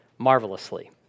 marvelously